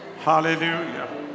Hallelujah